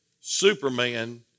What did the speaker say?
Superman